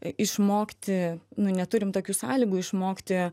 išmokti nu neturim tokių sąlygų išmokti